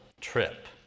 trip